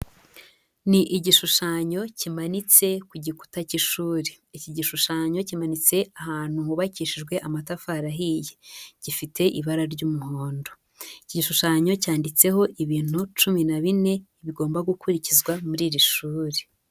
Ni igishushanyo kimanitse ku gikuta cy'ishuri. Iki gishushanyo kimanitse ahantu hubakishijwe amatafari ahiye. Gifite ibara ry'umuhondo. Iki igishushanyo cyanditseho ibintu cumi na bine, bigomba gukurikizwa muri iri shuri.